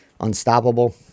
unstoppable